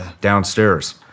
downstairs